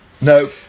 no